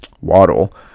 Waddle